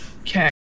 Okay